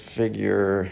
figure